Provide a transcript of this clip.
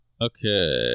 Okay